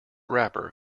wrapper